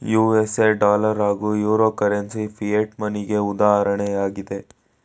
USA dollar ಹಾಗೂ euro currency fiat ಮನಿಗೆ ಉದಾಹರಣೆಯಾಗಿದೆ